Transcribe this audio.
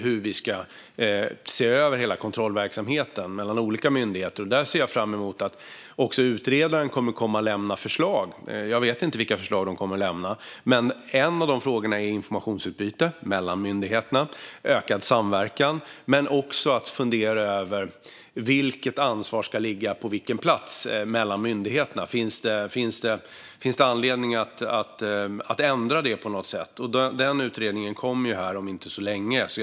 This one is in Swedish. Man ska se över hela kontrollverksamheten hos olika myndigheter. Jag ser fram emot att utredaren kommer att lämna förslag om det. Jag vet inte vilka förslag som kommer, men en fråga man utreder handlar om informationsutbyte mellan myndigheterna, det vill säga ökad samverkan. Man ska också fundera över vilket ansvar som ska ligga på vilken plats och hos vilken myndighet. Finns det anledning att ändra det på något sätt? Utredningen kommer snart att läggas fram.